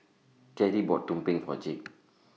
Carie bought Tumpeng For Jake